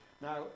Now